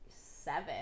seven